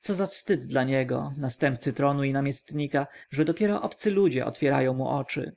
co za wstyd dla niego następcy tronu i namiestnika że dopiero obcy ludzie otwierają mu oczy